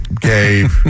Gabe